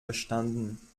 verstanden